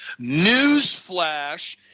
Newsflash